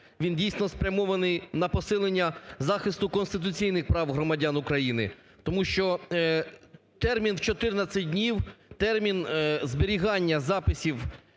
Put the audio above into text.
Він, дійсно, спрямований на посилення захисту конституційних прав громадян України, тому що термін в 14 днів, термін зберігання записів